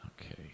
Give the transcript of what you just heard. Okay